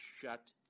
shut